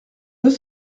deux